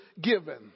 given